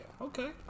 Okay